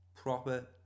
proper